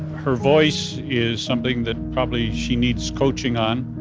her voice is something that probably she needs coaching on.